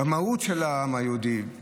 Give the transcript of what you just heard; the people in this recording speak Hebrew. במהות של העם היהודי,